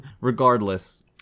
Regardless